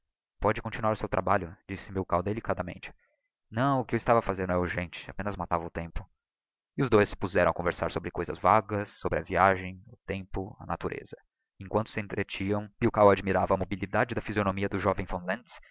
pôde continuar o seu trabalho disse milkau delicadamente não o que eu estava a fazer não é urgente apenas matava o tempo e os dois se puzeram a conversar sobre coisas vagas sobre a viagem o tempo a natureza e emquanto se entretinham milkau admirava a mobilidade da phsionomia do joven